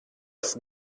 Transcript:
das